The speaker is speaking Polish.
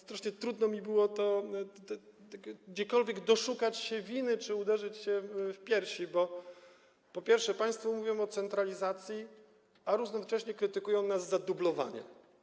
Strasznie trudno mi było gdziekolwiek doszukać się winy czy uderzyć się w piersi, bo po pierwsze, państwo mówią o centralizacji, a równocześnie krytykują nas za dublowanie.